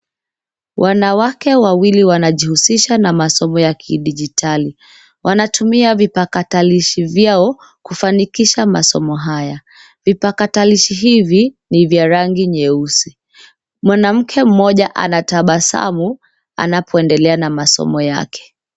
Wanawake wawili wanajihusisha na masomo ya kidijitali. Wanatumia vipakatalishi vyao kufanikisha masomo haya. Vipakatalishi hivi ni vya rangi nyeusi. Mwanamke mmoja anatabasamu anapoendelea na masomo yake.